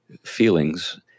feelings